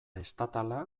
estatala